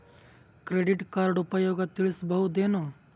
Credit card ಉಪಯೋಗ ತಿಳಸಬಹುದೇನು?